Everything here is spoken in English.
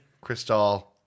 crystal